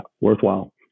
Worthwhile